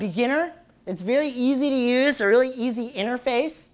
beginner it's very easy to use a really easy interface